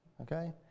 okay